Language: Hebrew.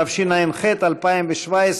תשע"ח 2017,